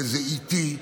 וזה איטי.